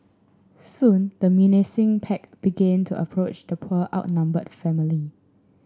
soon the menacing pack began to approach the poor outnumbered family